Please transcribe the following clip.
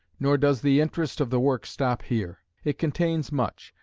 nor does the interest of the work stop here. it contains much,